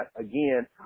again